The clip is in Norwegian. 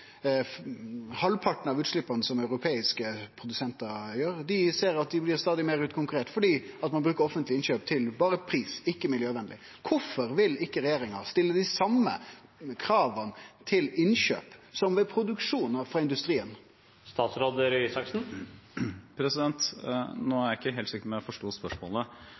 halvparten av utsleppa som europeiske produsentar gjer, ser at dei stadig oftare blir utkonkurrerte fordi ein bruker offentlege innkjøp berre med omsyn til pris. Det er ikkje miljøvenleg. Kvifor vil ikkje regjeringa stille dei same krava til innkjøp som til produksjon for industrien? Nå er jeg ikke helt sikker på om jeg forstod spørsmålet. Stortinget har